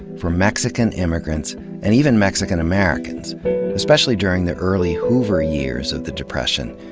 for mexican immigrants and even mexican americans especially during the early hoover years of the depression,